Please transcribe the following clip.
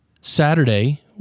Saturday